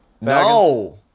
No